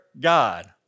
God